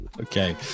Okay